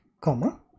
comma